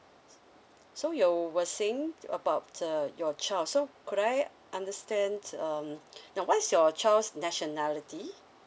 so you were saying about uh your child so could I understand um now what's your child's nationality